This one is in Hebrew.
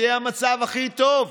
זה יהיה המצב הכי טוב.